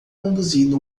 conduzindo